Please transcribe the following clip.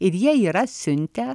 ir jie yra siuntę